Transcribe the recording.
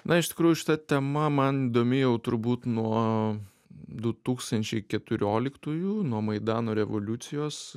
na iš tikrųjų šita tema man įdomi jau turbūt nuo du tūkstančiai keturioliktųjų nuo maidano revoliucijos